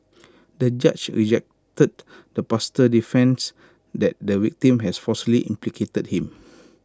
the judge rejected the pastor defence that the victim had falsely implicated him